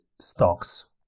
stocks